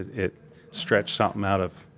it stretched somethin' out of,